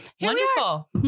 Wonderful